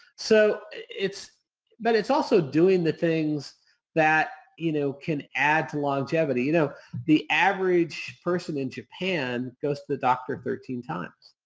so but it's also doing the things that you know can add to longevity. you know the average person in japan goes to the doctor thirteen times.